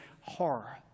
horror